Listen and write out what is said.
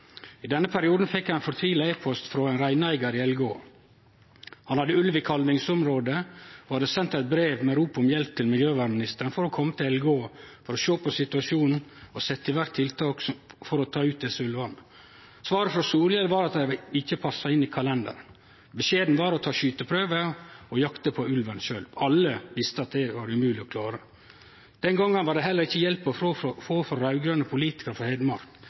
I denne perioden fekk eg ein e-post frå ein fortvila reineigar i Elgå. Han hadde ulv i kalvingsområdet og hadde sendt eit brev med rop om hjelp til miljøvernministeren, om å kome til Elgå for å sjå på situasjonen og setje i verk tiltak for å ta ut desse ulvane. Svaret frå Solhjell var at det ikkje passa inn i kalenderen. Beskjeden var å ta skyteprøve og jakte på ulven sjølv. Alle visste at det var umogleg å klare. Den gongen var det heller ikkje hjelp å få frå raud-grøne politikarar frå